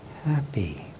happy